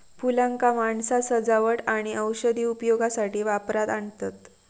फुलांका माणसा सजावट आणि औषधी उपयोगासाठी वापरात आणतत